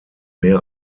mehr